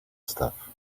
stuff